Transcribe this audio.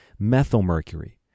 methylmercury